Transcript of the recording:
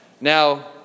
Now